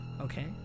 Okay